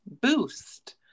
boost